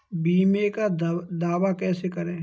बीमे का दावा कैसे करें?